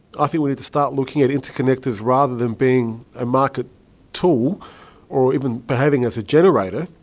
ah think we need to start looking at interconnectors rather than being a market tool or even behaving as a generator,